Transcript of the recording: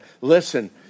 Listen